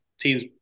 teams